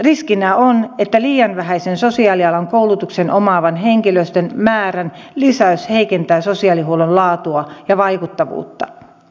riskinä on että liian vähäisen sosiaalialan koulutuksen omaavan henkilöstön määrän lisäys heikentää sosiaalihuollon laatua ja vaikuttavuutta